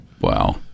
Wow